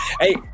Hey